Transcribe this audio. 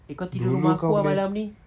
dulu kau boleh